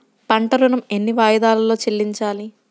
పంట ఋణం ఎన్ని వాయిదాలలో చెల్లించాలి?